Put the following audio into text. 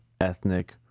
ethnic